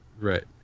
right